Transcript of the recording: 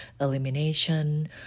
elimination